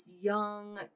young